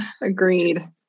Agreed